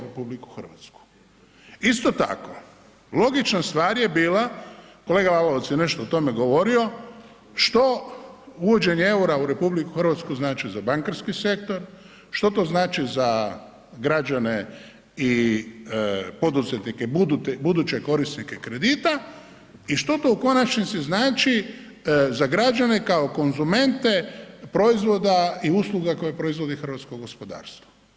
Isto tako, logična stvar je bila, kolega Lalovac je nešto o tome govorio, što uvođenje eura u RH znači za bankarski sektor, što to znači za građane i poduzetnike, buduće korisnike kredita i što to u konačnici znači za građane kao konzumente proizvoda i usluga koje proizvodi hrvatsko gospodarstvo.